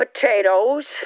potatoes